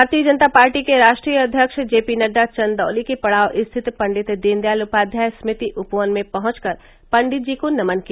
भारतीय जनता पार्टी के राष्ट्रीय अध्यक्ष जे पी नड्डा ने चंदौली के पड़ाव स्थित पं दीनदयाल उपाध्याय स्मृति उपवन में पहंच कर पंडित जी को नमन किया